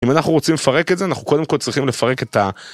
אם אנחנו רוצים לפרק את זה, אנחנו קודם כל צריכים לפרק את ה...